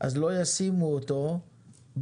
אז לא ישימו אותו בלי